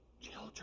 children